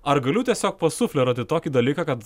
ar galiu tiesiog pasufleruoti tokį dalyką kad